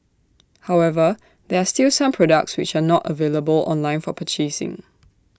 however there are still some products which are not available online for purchasing